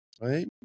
right